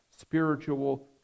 spiritual